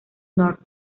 north